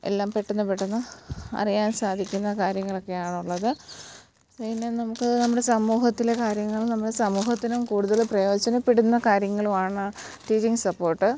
എല്ലാം പെട്ടെന്ന് പെട്ടെന്ന് അറിയാൻ സാധിക്കുന്ന കാര്യങ്ങളൊക്കെയാണുള്ളത് പിന്നെ നമുക്ക് നമ്മുടെ സമൂഹത്തിലെ കാര്യങ്ങൾ നമ്മുടെ സമൂഹത്തിനും കൂടുതൽ പ്രയോജനപ്പെടുന്ന കാര്യങ്ങളുമാണ് ടീച്ചിങ്ങ് സപ്പോർട്ട്